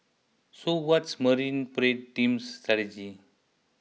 so what's Marine Parade team's strategy